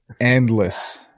endless